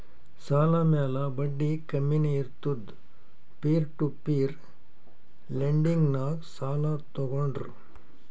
ಸಾಲ ಮ್ಯಾಲ ಬಡ್ಡಿ ಕಮ್ಮಿನೇ ಇರ್ತುದ್ ಪೀರ್ ಟು ಪೀರ್ ಲೆಂಡಿಂಗ್ನಾಗ್ ಸಾಲ ತಗೋಂಡ್ರ್